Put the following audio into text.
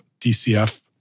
DCF